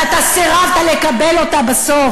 ואתה סירבת לקבל אותה בסוף.